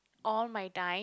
all my time